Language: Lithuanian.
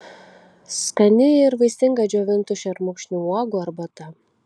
skani ir vaistinga džiovintų šermukšnio uogų arbata